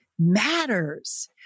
Matters